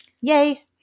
Yay